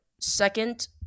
Second